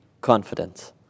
confidence